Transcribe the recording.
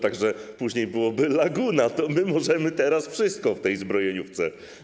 Tak że później byłaby laguna: to my możemy teraz wszystko w tej zbrojeniówce.